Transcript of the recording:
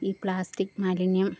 ഈ പ്ലാസ്റ്റിക് മാലിന്യം